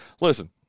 Listen